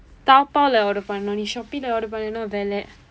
Taobao-il order பண்ணனும் நீ:pannanum nii Shopee-yil order பண்ணனா விலை:pannanaa vilai